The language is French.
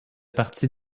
parties